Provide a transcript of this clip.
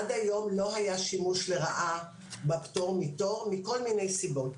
עד היום לא היה שימוש לרעה בפטור מתור מכל מיני סיבות.